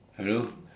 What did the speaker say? you know